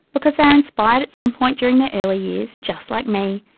because they were inspired at some point during their early years, just like me,